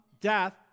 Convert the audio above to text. death